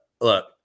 look